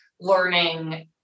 learning